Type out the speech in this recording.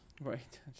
Right